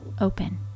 open